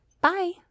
Bye